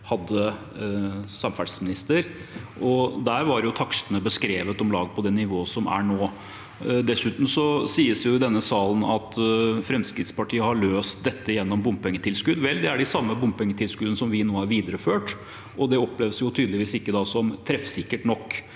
hadde samferdselsministeren, og der var takstene beskrevet om lag på det nivået som er nå. Dessuten sies det i denne salen at Fremskrittspartiet har løst dette gjennom bompengetilskudd. Vel, det er de samme bompengetilskuddene vi nå har videreført, og det oppleves tydeligvis ikke som treffsikkert nok.